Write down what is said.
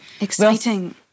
Exciting